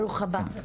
ברוך הבא.